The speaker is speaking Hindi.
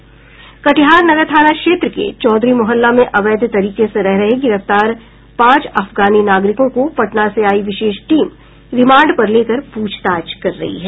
कटिहार नगर थाना क्षेत्र के चौधरी मोहल्ला में अवैध तरीके से रह रहे गिरफ्तार पांच अफगानी नागरिकों को पटना से आयी विशेष टीम रिमांड पर लेकर पूछताछ कर रही है